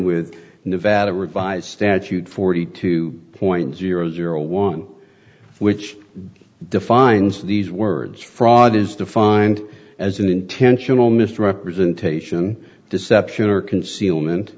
revised statute forty two point zero zero one which defines these words fraud is defined as an intentional misrepresentation deception or concealment